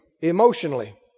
emotionally